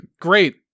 great